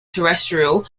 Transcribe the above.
terrestrial